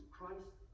Christ